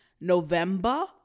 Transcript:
November